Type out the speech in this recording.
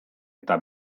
eta